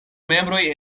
membroj